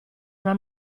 una